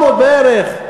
700 בערך.